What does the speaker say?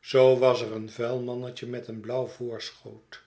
zoo was er een vuil mannetje met een blauw voorschoot